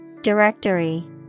Directory